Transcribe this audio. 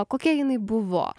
o kokia jinai buvo